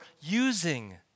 using